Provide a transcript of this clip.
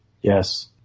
Yes